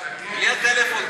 בלי הטלפון.